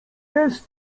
jest